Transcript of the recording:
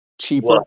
cheaper